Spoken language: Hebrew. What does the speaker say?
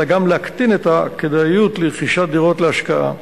אלא גם להקטין את הכדאיות לרכישת דירות להשקעה.